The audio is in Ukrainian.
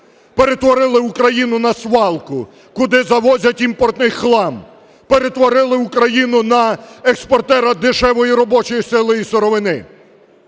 Перетворили Україну на свалку, куди завозять імпортний хлам, перетворили Україну на експортера дешевої робочої сили і сировини.